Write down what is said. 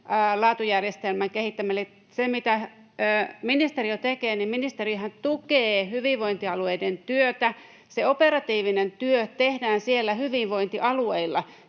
laatujärjestelmän kehittäminen. Se, mitä ministeriö tekee, niin ministeriöhän tukee hyvinvointialueiden työtä. Se operatiivinen työ tehdään siellä hyvinvointialueilla,